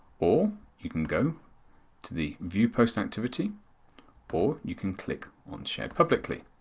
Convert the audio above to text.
or you can go to the view post activity or you can click on share publicly.